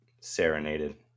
Serenaded